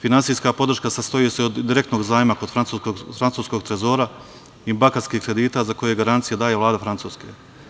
Finansijska podrška sastoji se od direktnog zajma kod francuskog trezora i bankarskih kredita za koje garancije daje Vlada Francuske.